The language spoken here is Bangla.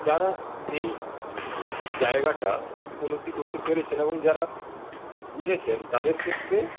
যারা এই জায়গাটা উপলব্ধি করতে পেরেছেন এবং যারা বুঝেছেন তাদের ক্ষেত্রে